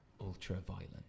ultra-violent